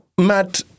Matt